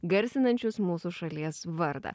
garsinančius mūsų šalies vardą